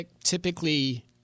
typically